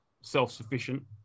self-sufficient